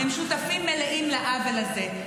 הם שותפים מלאים לעוול הזה.